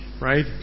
right